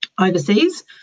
Overseas